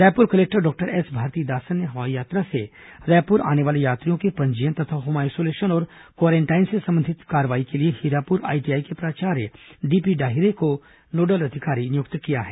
Raipur collector doctor S Bharathidasan ने हवाई यात्रा से रायपुर आने वाले यात्रियों के पंजीयन तथा होम आइसोलेशन और क्वारेंटाइन से संबंधित कार्रवाई के लिए हीरापुर आईटीआई के प्राचार्य डीपी डाहिरे को नोडल अधिकारी नियुक्त किया है